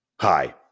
Hi